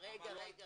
למה לא אמרו